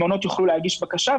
מעונות יוכלו להגיש בקשה,